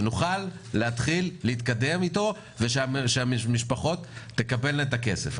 שנוכל להתחיל להתקדם איתו ושהמשפחות יקבלו את הכסף.